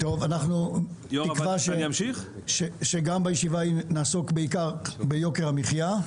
אנחנו תקווה שבהמשך הישיבה נעסוק בעיקר ביוקר המחיה.